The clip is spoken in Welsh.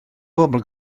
bobl